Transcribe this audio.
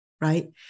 right